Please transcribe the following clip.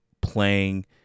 playing